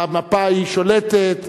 מפא"י היא שולטת,